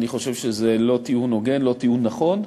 אני חושב שזה לא טיעון הוגן, לא טיעון נכון.